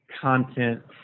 content